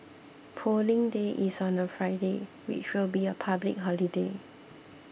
Polling Day is on a Friday which will be a public holiday